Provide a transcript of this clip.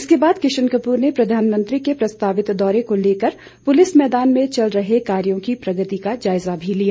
इसके बाद किशन कपूर ने प्रधानमंत्री के प्रस्तावित दौरे को लेकर पुलिस मैदान में चल रहे कार्यो की प्रगति का जायजा भी लिया